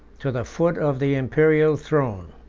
to the foot of the imperial throne.